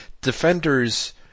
Defenders